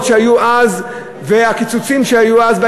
שהיו אז והקיצוצים שהיו אז לגזירות,